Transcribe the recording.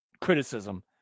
criticism